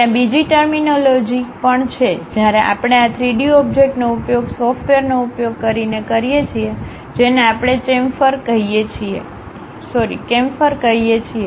ત્યાં બીજી ટરમીનોલોજી પણ છે જ્યારે આપણે આ 3 ડી ઓબ્જેક્ટનો ઉપયોગ સોફ્ટવેરનો ઉપયોગ કરીને કરીએ છીએ જેને આપણે ચેમ્ફર કહીએ છીએ